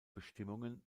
bestimmungen